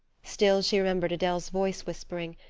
still, she remembered adele's voice whispering,